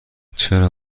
چرا